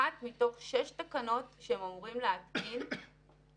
אחת מתוך שש תקנות שהם אמורים להתקין הותקנה,